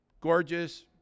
gorgeous